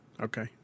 Okay